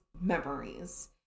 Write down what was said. memories